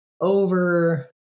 over